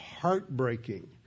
heartbreaking